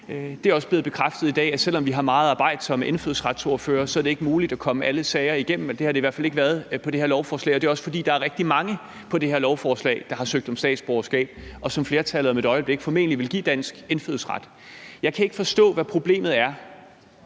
Det er også blevet bekræftet i dag, at selv om vi har meget arbejdsomme indfødsretsordførere, er det ikke muligt at komme alle sager igennem – det har det i hvert fald ikke været med det her lovforslag. Det er også, fordi der er rigtig mange på det her lovforslag, der har søgt om statsborgerskab, og som flertallet om et øjeblik formentlig vil give dansk indfødsret. Jeg kan ikke forstå, hvad problemet er